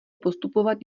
postupovat